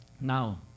Now